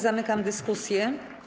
Zamykam dyskusję.